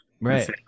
Right